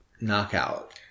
knockout